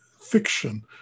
fiction